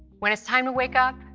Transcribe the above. when it's time to wake up,